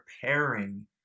preparing